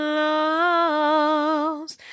lost